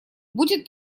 будет